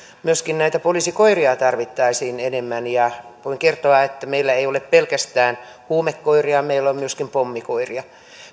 myöskin näitä poliisikoiria tarvittaisiin enemmän ja voin kertoa että meillä ei ole pelkästään huumekoiria meillä on myöskin pommikoiria